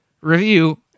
review